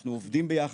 אנחנו עובדים ביחד,